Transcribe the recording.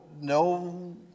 no